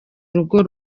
urugo